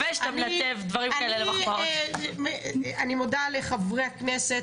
אני מודה לחברי הכנסת,